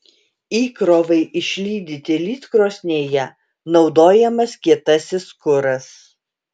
įkrovai išlydyti lydkrosnėje naudojamas kietasis kuras